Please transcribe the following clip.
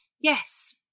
Yes